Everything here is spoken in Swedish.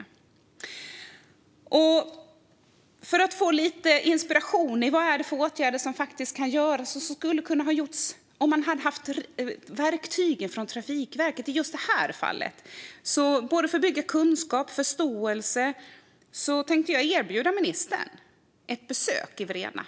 För att han ska få lite inspiration när det gäller åtgärder som kan vidtas och som skulle ha kunnat vidtas om man från Trafikverket hade haft verktygen i just detta fall - och för att bygga kunskap och förståelse - tänkte jag erbjuda ministern ett besök i Vrena.